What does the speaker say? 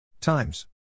times